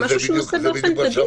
זה משהו שהוא עושה באופן תדיר.